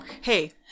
Hey